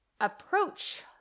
approach